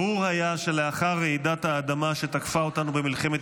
"ברור היה שלאחר 'רעידת האדמה' שתקפה אותנו במלחמת